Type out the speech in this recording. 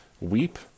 Weep